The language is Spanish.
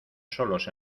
solos